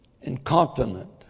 Incontinent